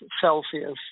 Celsius